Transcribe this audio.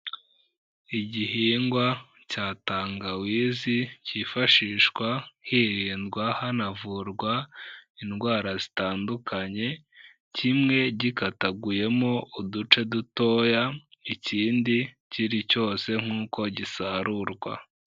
Igihingwa cya tangawizi cyifashishwa hirindwa, hanavurwa indwara zitandukanye, kimwe gikataguyemo uduce dutoya, ikindi kiri cyose nk'uko gisarurwa.